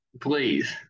please